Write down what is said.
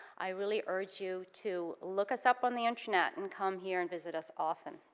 i really urge you to look us up on the internet and come here and visit us often.